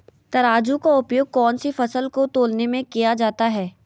तराजू का उपयोग कौन सी फसल को तौलने में किया जाता है?